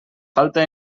falta